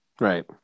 right